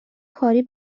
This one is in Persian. کاری